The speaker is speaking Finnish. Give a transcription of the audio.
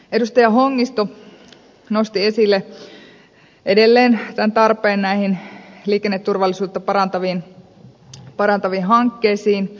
edustaja hongisto nosti esille edelleen tämän tarpeen näihin liikenneturvallisuutta parantaviin hankkeisiin